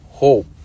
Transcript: Hope